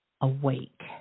awake